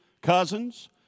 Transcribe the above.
cousins